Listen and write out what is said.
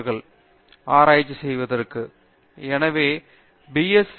பேராசிரியர் பிரதாப் ஹரிதாஸ் சரி